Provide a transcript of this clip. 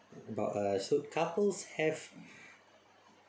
but uh should couples have